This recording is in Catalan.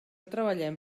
treballem